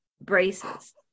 braces